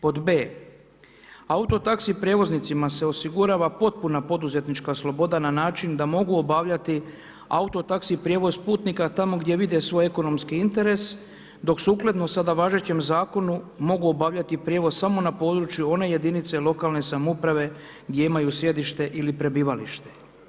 Pod b) auto taxi prijevoznicima se osigurava potpuna poduzetnička sloboda na način da mogu obavljati auto taxi prijevoz putnika tamo gdje vide svoj ekonomski interes, dok sukladno sada važećem Zakonu mogu obavljati prijevoz samo na području one jedinice lokalne samouprave gdje imaju sjedište ili prebivalište.